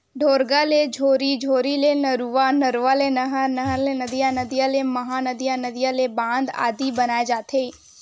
ढोरगा ले झोरी, झोरी ले नरूवा, नरवा ले नहर, नहर ले नदिया, नदिया ले महा नदिया, नदिया ले बांध आदि बनाय जाथे